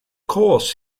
course